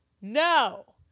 No